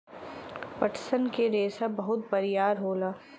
पटसन क रेसा बहुत बरियार होला